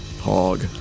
Hog